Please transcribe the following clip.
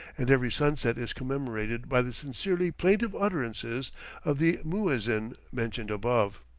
and every sunset is commemorated by the sincerely plaintive utterances of the muezzin mentioned above.